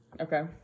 Okay